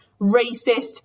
racist